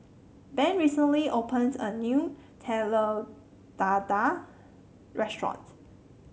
Ben recently opened a new Telur Dadah Restaurant